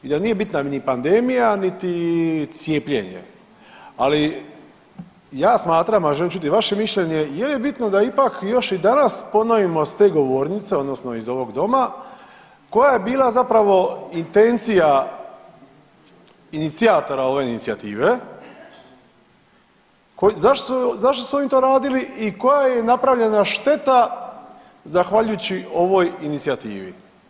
I da nije bitna ni pandemija, niti cijepljenje, ali ja smatram a želim čuti i vaše mišljenje, je li bitno da ipak još i danas ponovimo s te govornice odnosno iz ovog doma koja je bila zapravo intencija inicijatora ove inicijative, zašto su oni to radili i koja je napravljena šteta zahvaljujući ovoj inicijativi.